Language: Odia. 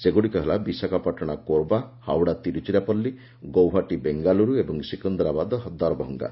ସେଗୁଡ଼ିକ ହେଲା ବିଶାଖାପାଟନା କୋର୍ବା ହାଓଡା ତିରୁଚିରାପଲ୍ଲୀ ଗୌହାଟୀ ବେଙ୍ଗାଲୁରୁ ଓ ସିକନ୍ଦରାବାଦ ଦରଭଙ୍ଗା